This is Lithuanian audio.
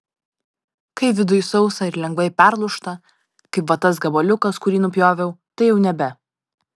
kai viduj sausa ir lengvai perlūžta kaip va tas gabaliukas kurį nupjoviau tai jau nebe